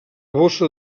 bossa